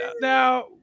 now